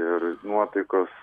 ir nuotaikos